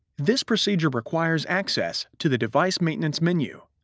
this procedure requires access to the device maintenance menu.